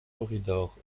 corridor